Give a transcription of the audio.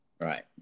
Right